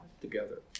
together